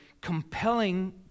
compelling